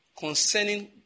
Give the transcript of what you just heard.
concerning